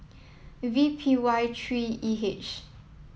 V P Y three E H